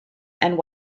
and